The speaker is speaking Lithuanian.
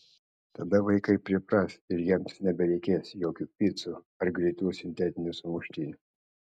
tada vaikai pripras ir jiems nebereikės jokių picų ar greitųjų sintetinių sumuštinių